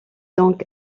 donc